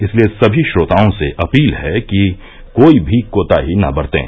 इसलिए समी श्रोताओं से अपील है कि कोई भी कोताही न बरतें